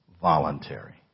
Voluntary